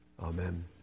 amen